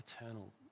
eternal